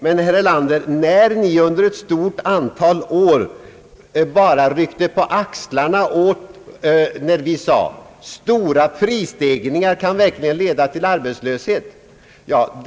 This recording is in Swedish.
Men, herr Erlander, under ett stort antal år bara ryckte ni på axlarna åt oss när vi sade att stora prisstegringar verkligen kan leda till arbetslöshet.